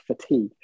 fatigue